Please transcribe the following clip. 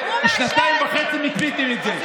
שנתיים וחצי הקפאתם את זה.